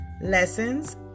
Lessons